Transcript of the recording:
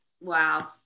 wow